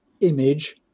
image